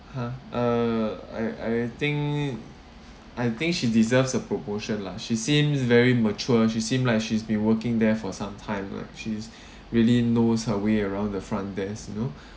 (huh) uh I I think I think she deserves a proportion lah she seems very mature she seems like she's been working there for some time lah she's really knows her way around the front desk you know